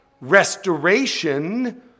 restoration